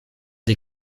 des